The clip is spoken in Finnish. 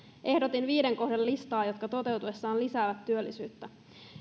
ehdotin viiden kohdan listaa jotka toteutuessaan lisäävät työllisyyttä